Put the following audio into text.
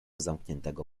zamkniętego